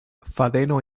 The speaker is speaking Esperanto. fadeno